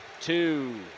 two